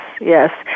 yes